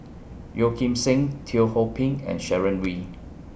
Yeo Kim Seng Teo Ho Pin and Sharon Wee